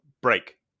break